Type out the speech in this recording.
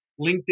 LinkedIn